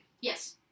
Yes